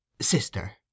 Sister